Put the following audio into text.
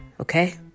Okay